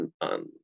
on